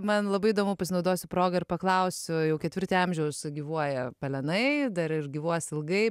man labai įdomu pasinaudosiu proga ir paklausiu jau ketvirtį amžiaus gyvuoja pelenai dar gyvuos ilgai